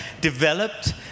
developed